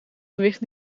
gewicht